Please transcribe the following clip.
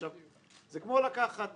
עכשיו זה כמו לקחת